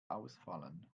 ausfallen